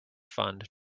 fund